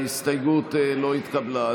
ההסתייגות לא התקבלה.